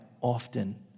often